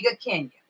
Kenya